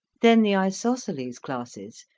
then the isosceles classes,